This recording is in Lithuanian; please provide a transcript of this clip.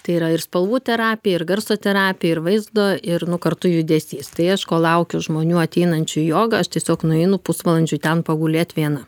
tai yra ir spalvų terapija ir garso terapija ir vaizdo ir nu kartu judesys tai aš kol laukiu žmonių ateinančių į jogą aš tiesiog nueinu pusvalandžiui ten pagulėt viena